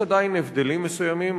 יש עדיין הבדלים מסוימים,